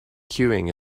queuing